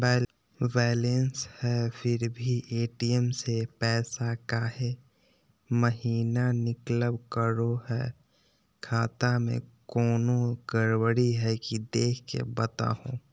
Balance है फिर भी भी ए.टी.एम से पैसा काहे महिना निकलब करो है, खाता में कोनो गड़बड़ी है की देख के बताहों?